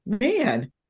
man